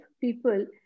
people